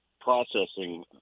processing